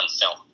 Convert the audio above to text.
film